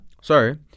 sorry